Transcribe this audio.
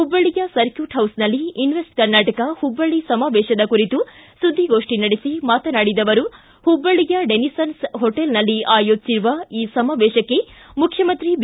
ಹುಬ್ಬಳ್ಳಿಯ ಸರ್ಕ್ಯೂಟ್ ಹೌಸ್ನಲ್ಲಿ ಇನ್ವೆಸ್ಟ್ ಕರ್ನಾಟಕ ಹುಬ್ಬಳ್ಳಿ ಸಮಾವೇಶದ ಕುರಿತು ಸುದ್ದಿಗೋಷ್ಟಿ ನಡೆಸಿ ಮಾತನಾಡಿದ ಅವರು ಹುಬ್ಲಳ್ಳಿಯ ಡೆನಿಸ್ನನ್ ಹೊಟೆಲ್ನಲ್ಲಿ ಆಯೋಜಿಸಿರುವ ಈ ಸಮಾವೇಶಕ್ಕೆ ಮುಖ್ಯಮಂತ್ರಿ ಬಿ